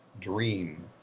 dream